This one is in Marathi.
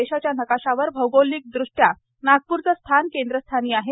देशाच्या नकाशावर भौगोलिकदृष्टया नागपूरचं स्थान केंद्रस्थानी आहे